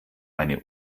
eine